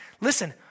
Listen